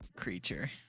creature